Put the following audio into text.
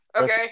Okay